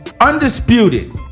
Undisputed